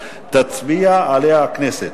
תצביע עליה הכנסת"